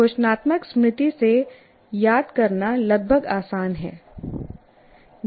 घोषणात्मक स्मृति से याद करना लगभग आसान है